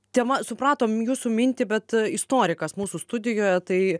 tema supratom jūsų mintį bet istorikas mūsų studijoje tai